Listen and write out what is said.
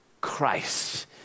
Christ